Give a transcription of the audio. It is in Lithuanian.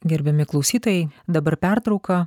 gerbiami klausytojai dabar pertrauka